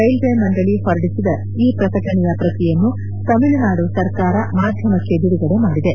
railway ಮಂಡಳಿ ಹೊರಡಿಸಿದ ಈ ಪ್ರಕಟಣೆಯ ಪ್ರತಿಯನ್ನು ತಮಿಳುನಾಡು ಸರ್ಕಾರ ಮಾಧ್ಯಮಕ್ಕೆ ಬಿಡುಗಡೆ ಮಾಡಿದೆ